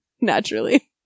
Naturally